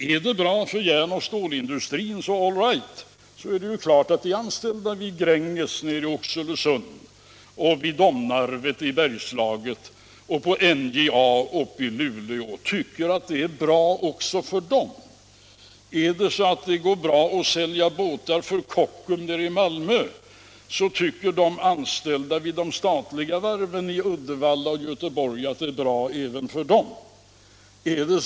Går det bra för järnoch stålindustrin — all right, då är det klart att de anställda vid Gränges nere i Oxelösund, vid Domnarvet i Bergslagen och vid NJA uppe i Luleå tycker att det är bra också för dem. Går det bra att sälja båtar för Kockums i Malmö, så bör de anställda vid de statliga varven i Uddevalla och Göteborg kunna räkna med att det går bra även för dem.